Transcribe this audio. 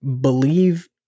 believe